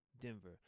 Denver